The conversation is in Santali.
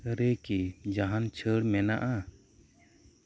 ᱨᱮᱹᱠᱤ ᱡᱟᱦᱟᱸᱱ ᱪᱷᱟᱹᱲ ᱢᱮᱱᱟᱜᱼᱟ